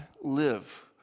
live